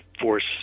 force